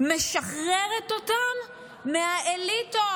משחררת אותם מהאליטות,